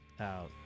out